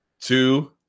two